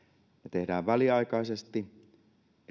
tehdään väliaikaisesti